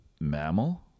mammal